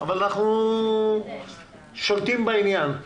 אבל אנחנו שולטים בעניין.